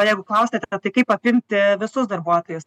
va jeigu klausiat tai kaip apimti visus darbuotojus